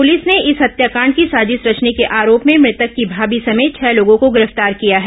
प्रलिस ने इस हत्याकांड की सांजिश रचने के आरोप में मृतक की भाभी समेत छह लोगों को गिरफ्तार किया है